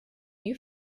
you